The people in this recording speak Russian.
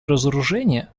разоружения